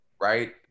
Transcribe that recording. right